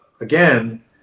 again